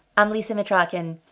i'm lisa mitrokhin.